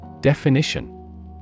Definition